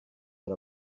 out